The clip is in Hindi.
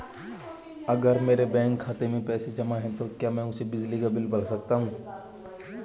अगर मेरे बैंक खाते में पैसे जमा है तो क्या मैं उसे बिजली का बिल भर सकता हूं?